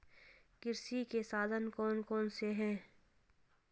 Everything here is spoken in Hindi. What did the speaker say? कृषि के साधन कौन कौन से हैं?